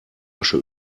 asche